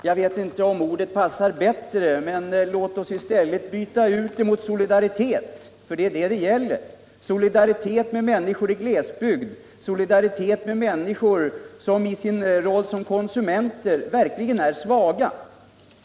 Jag vet inte om ordet passar bättre, men låt oss byta ut ”bidrag” mot ” solidaritet”, för det är detta det gäller — solidaritet med människor i glesbygd, solidaritet med människor som i sin roll av konsumenter verkligen är utsatta.